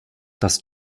das